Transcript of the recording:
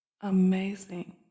amazing